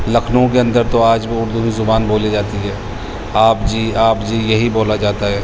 لکھنئو کے اندر تو آج وہ اردو ہی زبان بولی جاتی ہے آپ جی آپ جی یہی بولا جاتا ہے